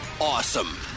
awesome